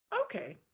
Okay